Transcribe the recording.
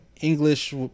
English